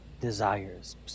desires